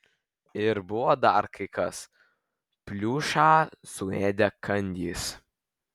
ir buvo dar kai kas pliušą suėdė kandys